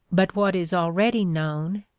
but what is already known,